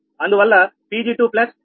అందువల్ల 𝑃𝑔21ax𝑃L